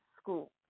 school